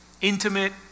intimate